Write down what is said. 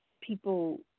people